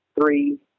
three